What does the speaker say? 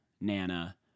Nana